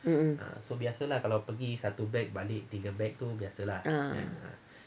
mm ah